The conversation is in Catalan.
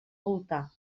voltar